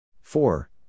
four